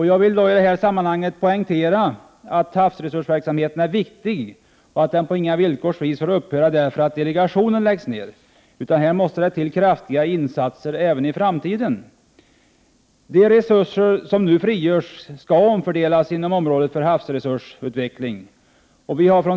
Jag vill i detta sammanhang poängtera att havsresursverksamheten är viktig och att den på inga villkor får upphöra därför att delegationen läggs ner, utan kraftiga resurser måste till även i framtiden. De resurser som nu frigörs skall omfördelas inom området för havsresursutveckling.